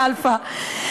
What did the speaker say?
קלפה?